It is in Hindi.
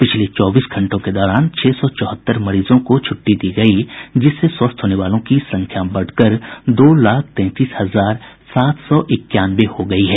पिछले चौबीस घंटों के दौरान छह सौ चौहत्तर मरीजों को छुट्टी दी गयी जिससे स्वस्थ होने वालों की संख्या बढ़कर दो लाख तैंतीस हजार सात सौ इक्यानवे हो गयी है